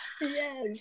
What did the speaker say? Yes